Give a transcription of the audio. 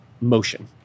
motion